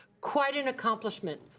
quite an accomplishment.